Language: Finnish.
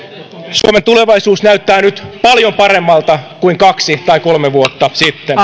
suomen tulevaisuus näyttää nyt paljon paremmalta kuin kaksi tai kolme vuotta sitten